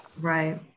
Right